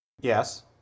Yes